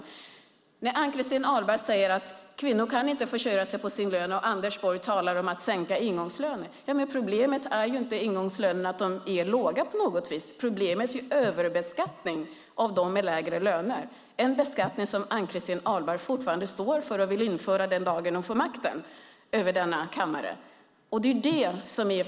Ann-Christin Ahlberg säger att kvinnor inte kan försörja sig på sin lön och att Anders Borg talar om att sänka ingångslönen. Problemet är inte låga ingångslöner utan överbeskattning av dem med lägre löner. Denna beskattning står Ann-Christin Ahlberg fortfarande för och vill införa den dag hon får makten i kammaren.